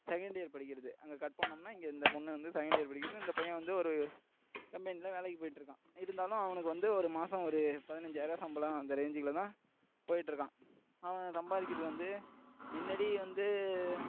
second year படிக்கிறது அங்கே cut பண்ணம்ன்னா இங்கே அந்த பொண்ணு வந்து செக்கண்ட் இயர் படிக்கிறது இந்த பையன் வந்து ஒரு கம்பெனியில வேலைக்கு போயிட் இருக்கான் இருந்தாலும் அவனுக்கு வந்து ஒரு மாசம் ஒரு பதினஞ்சாயரூவா சம்பளம் அந்த ரேஞ்சில் தான் போயிட் இருக்கான் அவன் சம்பாதிக்கிறது வந்து முன்னடி வந்து